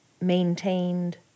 maintained